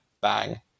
bang